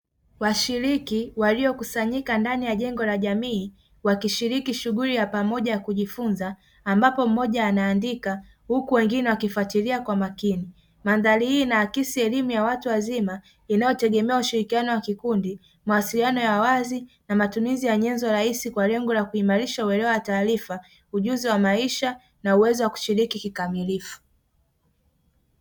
Washiriki waliyokusanyika ndani ya jengo la jamii wakishiriki shughuli ya pamoja ya kujifunza ambapo mmoja anaandika huku wengine wakifatilia kwa makini. Mandhari hii inaakisi elimu ya watu wazima inayotegemea ushirikiano wa kikundi, mawasiliano ya wazi na matumizi ya nyenzo rahisi kwa lengo la kuimarisha uelewa wa taarifa, ujuzi wa maisha na uwezo wa kushiriki kikamilifu.